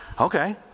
Okay